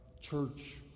church